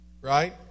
right